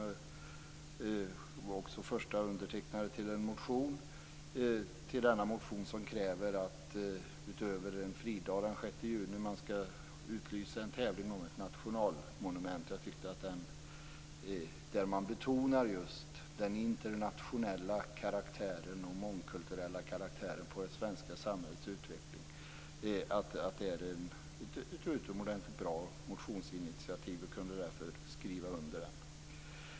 Han var också den förste att underteckna en motion där man, utöver kraven på att göra den 6 juni till fridag, kräver att det skall utlysas en tävling om ett nationalmonument. Man betonar just den svenska samhällsutvecklingens internationella och mångkulturella karaktär. Det är ett utomordentligt bra motionsinitiativ, och jag kunde därför skriva under.